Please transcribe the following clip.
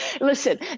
Listen